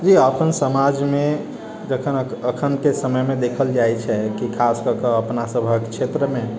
अपन समाजमे जखन एखनके समयमे देखल जाइ छै कि खास कऽ कऽ अपना सबके क्षेत्रमे